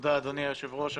תודה אדוני היושב ראש.